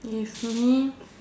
okay for me